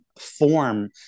form